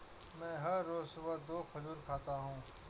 मैं हर रोज सुबह दो खजूर खाती हूँ